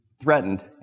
threatened